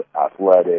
athletic